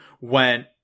went